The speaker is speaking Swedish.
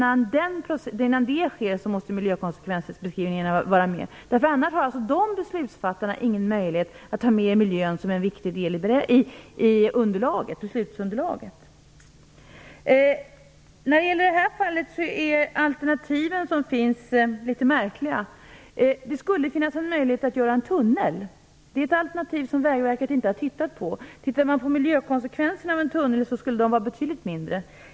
Annars har inte dessa beslutsfattare någon möjlighet att ta med miljön som en viktig del i beslutsunderlaget. I det här fallet är alternativen litet märkliga. Det skulle finnas en möjlighet att bygga en tunnel. Det är ett alternativ som Vägverket inte har tittat på. Miljökonsekvenserna med en tunnel skulle vara betydligt mindre.